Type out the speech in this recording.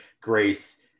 grace